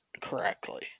correctly